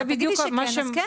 תגידי שכן, אז כן.